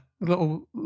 Little